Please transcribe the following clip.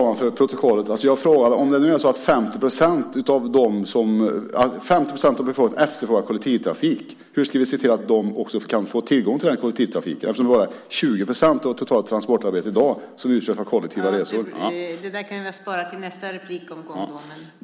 : Min fråga var att om det nu är så att 50 procent av befolkningen efterfrågar kollektivtrafik, hur ska vi se till att de också kan få tillgång till den kollektivtrafiken eftersom det i dag bara är 20 procent av de totala transporterna som utgörs av kollektiva resor?)